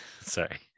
sorry